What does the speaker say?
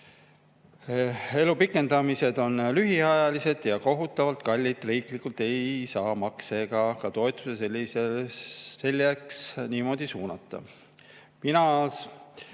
Elu pikendamised on lühiajalised ja kohutavalt kallid, riiklikult ei saa makse ega ka toetusi selleks niimoodi suunata. Mina